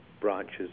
branches